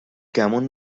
گمون